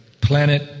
planet